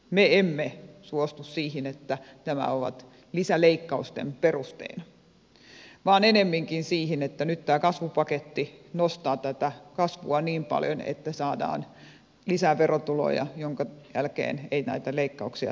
me emme suostu siihen että nämä ovat lisäleikkausten perusteena vaan ennemminkin siihen että nyt tämä kasvupaketti nostaa tätä kasvua niin paljon että saadaan lisäverotuloja minkä jälkeen ei näitä leikkauksia tarvitse edes miettiä